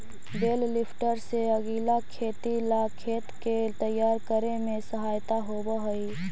बेल lifter से अगीला खेती ला खेत के तैयार करे में सहायता होवऽ हई